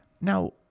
Now